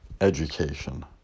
education